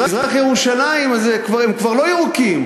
במזרח-ירושלים אז הם כבר לא ירוקים,